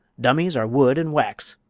dummies are wood an' wax,